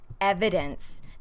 evidence